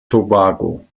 tobago